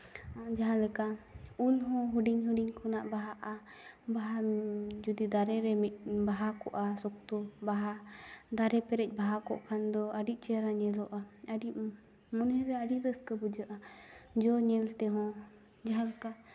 ᱡᱟᱦᱟᱸᱞᱮᱠᱟ ᱩᱞ ᱦᱚᱸ ᱦᱩᱰᱤᱧᱼᱦᱩᱰᱤᱧ ᱠᱷᱚᱱᱟᱜ ᱵᱟᱦᱟᱜᱼᱟ ᱵᱟᱦᱟ ᱡᱩᱫᱤ ᱫᱟᱨᱮ ᱨᱮ ᱵᱟᱦᱟ ᱠᱚᱜᱼᱟ ᱥᱚᱠᱛᱚ ᱵᱟᱦᱟ ᱫᱟᱨᱮ ᱯᱮᱨᱮᱡᱽ ᱵᱟᱦᱟ ᱠᱚᱜ ᱠᱷᱟᱱ ᱫᱚ ᱟᱹᱰᱤ ᱪᱮᱦᱨᱟ ᱧᱮᱞᱚᱜᱼᱟ ᱟᱹᱰᱤ ᱢᱚᱱᱮ ᱨᱮ ᱟᱹᱰᱤ ᱨᱟᱹᱥᱠᱟᱹ ᱵᱩᱡᱷᱟᱹᱜᱼᱟ ᱡᱚ ᱧᱮᱞ ᱛᱮᱦᱚᱸ ᱡᱟᱦᱟᱸᱞᱮᱠᱟ